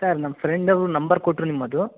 sir ನಮ್ಮ friend ಒಬ್ಬರು number ಕೊಟ್ಟರು ನಿಮ್ಮದು